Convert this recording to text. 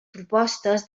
propostes